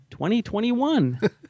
2021